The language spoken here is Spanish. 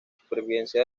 supervivencia